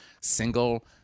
single